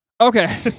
Okay